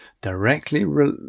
directly